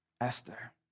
Esther